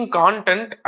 content